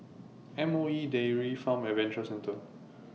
M O E Dairy Farm Adventure Centre